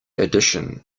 edition